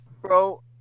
Bro